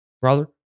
brother